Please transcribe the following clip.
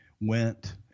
went